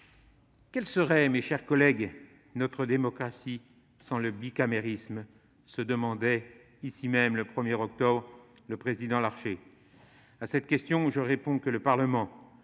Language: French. Que serait, mes chers collègues, notre démocratie sans le bicamérisme ?», se demandait ici même, le 1 octobre dernier, le président Larcher. À cette question, je réponds que le Parlement,